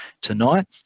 tonight